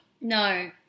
No